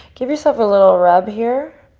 give yourself a little rub here.